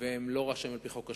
והם לא רשאים על-פי חוק השבות,